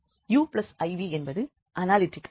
uiv என்பது analytic ஆகும்